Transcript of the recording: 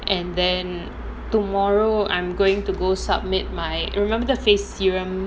and then tomorrow I'm going to go submit my remember the face serum